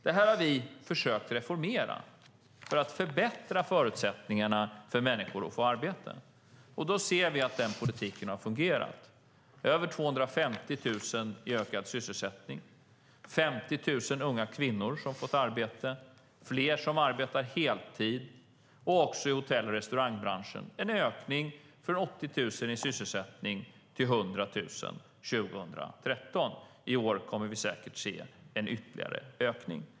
Det har vi försökt reformera för att förbättra förutsättningarna för människor att få arbete, och vi ser att den politiken har fungerat med över 250 000 i ökad sysselsättning. 50 000 unga kvinnor har fått arbete, fler arbetar heltid och i hotell och restaurangbranschen ser vi en ökning från 80 000 i sysselsättning till 100 000 år 2013. I år kommer vi säkert att se en ytterligare ökning.